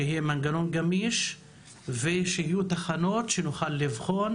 שיהיה מנגנון גמיש ושיהיו תחנות שנוכל לבחון,